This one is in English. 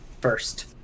First